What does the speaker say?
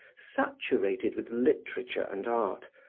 saturated with literature and art,